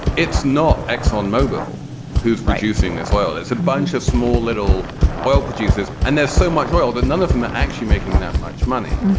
it's not exxon mobil who's producing this oil. it's a bunch of small little oil producers. and there's so much oil that none of them are actually making that much money.